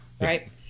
Right